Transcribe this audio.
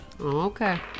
okay